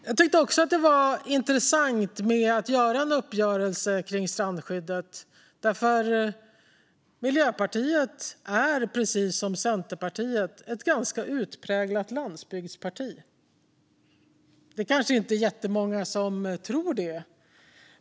Jag tyckte också att det var intressant att göra en uppgörelse om strandskyddet eftersom Miljöpartiet, precis som Centerpartiet, är ett ganska utpräglat landsbygdsparti. Det är kanske inte jättemånga som tror det.